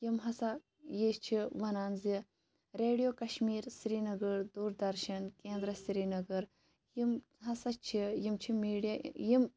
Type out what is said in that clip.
یِم ہَسا یہِ چھِ وَنان زِ ریڈیو کَشمیٖر سرینَگَر دوٗردَرشَن کینٛدرٕ سریٖنَگَر یِم ہَسا چھِ یِم چھِ میٖڈیا یِم